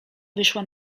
wyszła